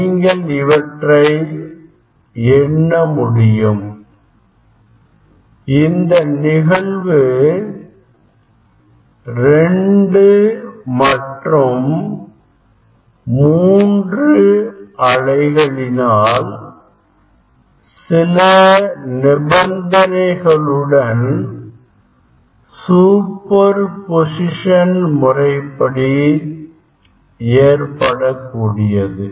நீங்கள் இவற்றை எண்ண முடியும் இந்த நிகழ்வு 2 மற்றும்3 அலைகளினால் சில நிபந்தனைகளுடன்சூப்பர் பொசிஷன் முறைப்படி ஏற்படக்கூடியது